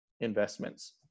investments